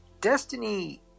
Destiny